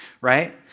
right